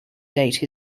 date